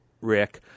Rick